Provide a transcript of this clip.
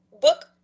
book